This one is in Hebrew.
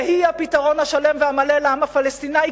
והיא הפתרון המלא והשלם לעם הפלסטיני,